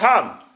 come